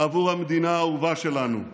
עבור המדינה האהובה שלנו.